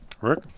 Rick